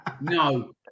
No